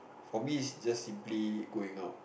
for me it's just simply going out